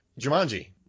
Jumanji